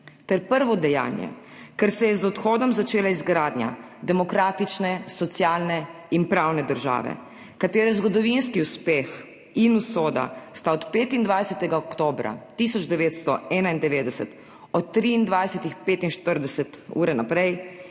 ter prvo dejanje, ker se je z odhodom začela izgradnja demokratične, socialne in pravne države, katere zgodovinski uspeh in usoda sta od 25. oktobra 1991 od 23.45 naprej